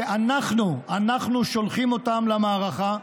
שאנחנו, אנחנו, שולחים אותם למערכה,